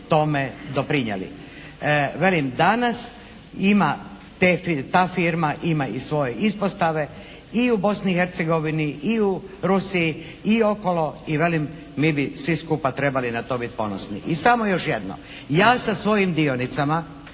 tome doprinijeli. Velim danas ima ta firma ima i svoje ispostave i u Bosni i Hercegovini i u Rusiji i okolo i velim mi bi svi skupa trebali na to biti ponosni. I samo još jedno. Ja sa svojim dionicama